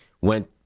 went